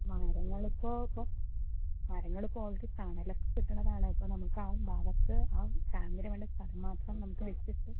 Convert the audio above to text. മരങ്ങളിപ്പോൾ ഇപ്പോൾ മരങ്ങളിപ്പോൾ ഓൾറെഡി തണലൊക്കെ കിട്ടുന്നതാണ് ഇപ്പോൾ നമുക്ക് ആ ഭാഗത്ത് ആ ടാങ്കിന് വേണ്ട സ്ഥലം മാത്രം നമുക്ക് വിട്ടിട്ട്